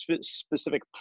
specific